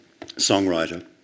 songwriter